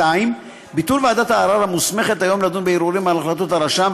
2. ביטול ועדת הערר המוסמכת היום לדון בערעורים על החלטות הרשם,